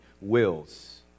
wills